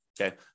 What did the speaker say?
okay